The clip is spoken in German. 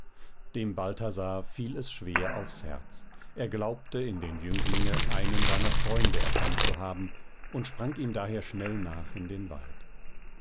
dem balthasar fiel es schwer aufs herz er glaubte in dem jünglinge einen seiner freunde erkannt zu haben und sprang ihm daher schnell nach in den wald